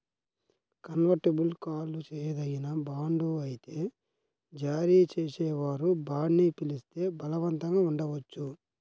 convertible call చేయదగిన bond అయితే జారీ చేసేవారు బాండ్ని పిలిస్తే బలవంతంగా ఉండవచ్చు